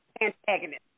antagonist